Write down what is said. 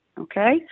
okay